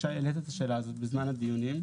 שי העלאת את השאלה הזאת בזמן הדיונים,